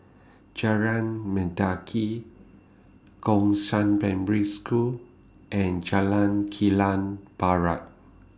Jalan Mendaki Gongshang Primary School and Jalan Kilang Barat